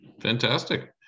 Fantastic